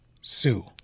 sue